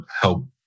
help